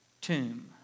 tomb